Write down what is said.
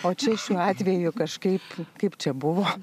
o čia šiuo atveju kažkaip kaip čia buvo